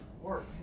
work